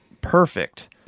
Perfect